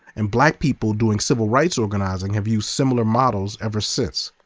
and black people doing civil rights organizing have used similar models ever since.